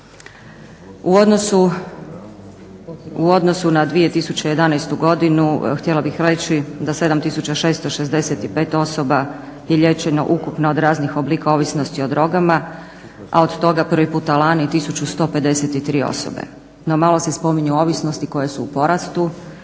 U odnosu na 2011. godinu htjela bih reći da 7665 osoba je liječeno ukupno od raznih oblika ovisnosti o drogama, a od toga prvi puta lani 1153 osobe. No, malo se spominju ovisnosti koje su porastu,